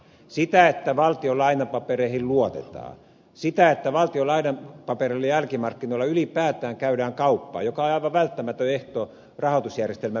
sitä että valtion lainapapereihin luotetaan sitä että valtion lainapapereilla jälkimarkkinoilla ylipäätään käydään kauppaa mikä on aivan välttämätön ehto rahoitusjärjestelmän verenkierron toiminnalle